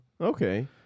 Okay